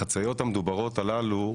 החציות המדוברות הללו,